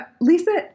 Lisa